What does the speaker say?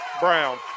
Brown